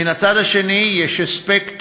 מן הצד השני, יש אספקט